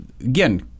again